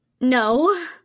No